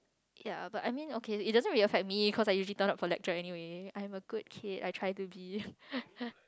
ya but I mean okay it doesn't really affect me because I usually turn up for lecture anyway I'm a good kid I try to be